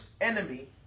enemy